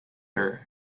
her